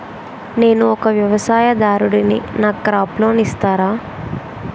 నేను ఒక వ్యవసాయదారుడిని నాకు క్రాప్ లోన్ ఇస్తారా?